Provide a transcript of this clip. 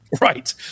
Right